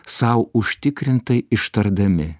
sau užtikrintai ištardami